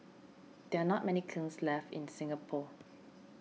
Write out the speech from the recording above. there are not many kilns left in Singapore